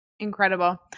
Incredible